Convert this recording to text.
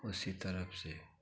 उसी तरफ से